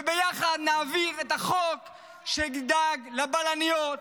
וביחד נעביר את החוק שידאג לבלניות,